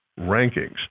rankings